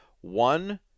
one